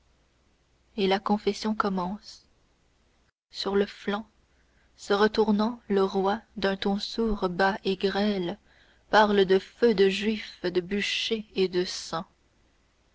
et la confession commence sur le flanc se retournant le roi d'un ton sourd bas et grêle parle de feux de juifs de bûchers et de sang